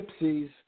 gypsies